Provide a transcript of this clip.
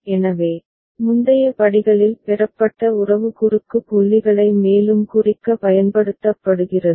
எனவே முந்தைய படிகளில் பெறப்பட்ட உறவு குறுக்கு புள்ளிகளை மேலும் குறிக்க பயன்படுத்தப்படுகிறது